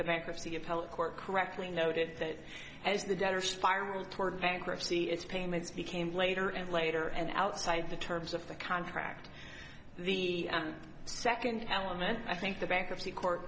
appellate court correctly noted that as the debtor spiral toward bankruptcy it's payments became later and later and outside the terms of the contract the second element i think the bankruptcy court